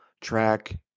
track